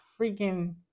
freaking